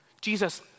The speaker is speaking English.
Jesus